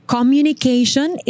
Communication